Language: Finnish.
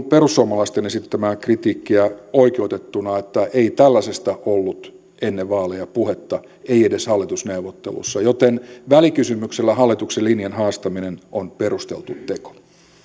perussuomalaisten esittämää kritiikkiä oikeutettuna että ei tällaisesta ollut ennen vaaleja puhetta ei edes hallitusneuvotteluissa joten välikysymyksellä hallituksen linjan haastaminen on perusteltu teko